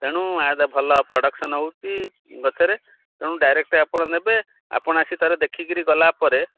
ତେଣୁ ଏହାର ଭଲ ପ୍ରଡକ୍ସନ୍ ହେଉଛି ଗଛରେ ତେଣୁ ଡାଇରେକ୍ଟ ଆପଣ ନେବେ ଆପଣ ଆସି ଥରେ ଦେଖିକରି ଗଲା ପରେ